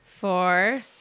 four